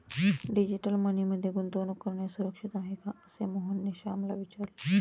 digital money मध्ये गुंतवणूक करणे सुरक्षित आहे का, असे मोहनने श्यामला विचारले